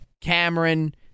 Cameron